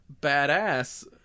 badass